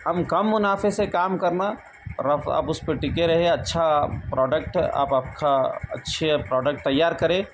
ہم کم منافع سے کام کرنا رفع آپ اس پہ ٹکے رہے اچھا پروڈکٹ آپ اکھا اچھے پروڈکٹ تیار کرے